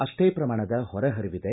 ಅಷ್ಟೇ ಪ್ರಮಾಣದ ಹೊರ ಹರಿವಿದೆ